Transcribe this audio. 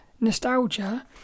nostalgia